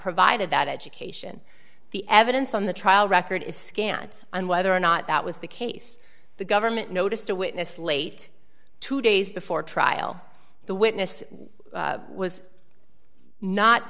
provided that education the evidence on the trial record is scant and whether or not that was the case the government noticed a witness late two days before trial the witness was not